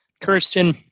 Kirsten